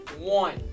one